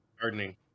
gardening